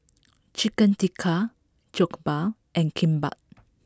Chicken Tikka Jokbal and Kimbap